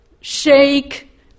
shake